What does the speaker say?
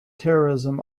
terrorism